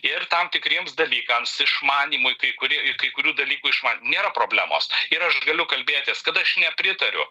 ir tam tikriems dalykams išmanymui kai kurie kai kurių dalykų išma nėra problemos ir aš galiu kalbėtis kad aš nepritariu